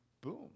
Boom